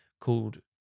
called